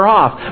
off